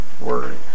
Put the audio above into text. Word